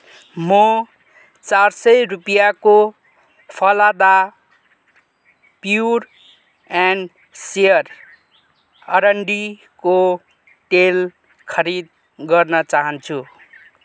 म चार सय रुपियाँको फलादा प्युर एन्ड सियर अरन्डीको तेल खरिद गर्न चाहान्छु